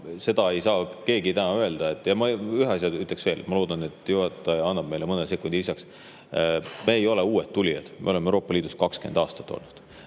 Seda ei saa aga täna keegi öelda. Ma ühe asja ütleks veel. Ma loodan, et juhataja annab mulle mõne sekundi lisaks. Me ei ole uued tulijad, me oleme Euroopa Liidus olnud